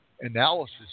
analysis